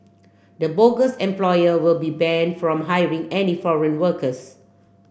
the bogus employer will be banned from hiring any foreign workers